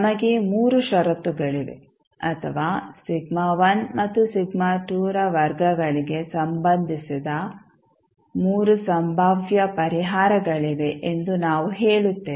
ನಮಗೆ 3 ಷರತ್ತುಗಳಿವೆ ಅಥವಾ ಮತ್ತು ರ ವರ್ಗಗಳಿಗೆ ಸಂಬಂಧಿಸಿದ 3 ಸಂಭಾವ್ಯ ಪರಿಹಾರಗಳಿವೆ ಎಂದು ನಾವು ಹೇಳುತ್ತೇವೆ